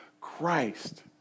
Christ